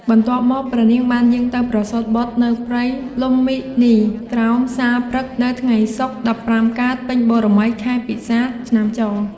បន្ទាប់មក ព្រះនាងបានយាងទៅប្រសូតបុត្រនៅព្រៃលុម្ពិនី ក្រោមសាលព្រឹក្ស នៅថ្ងៃសុក្រ ១៥ កើតពេញបូណ៌មី ខែពិសាខ ឆ្នាំច។